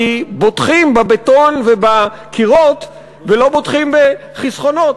כי בוטחים בבטון ובקירות ולא בוטחים בחסכונות.